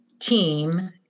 Team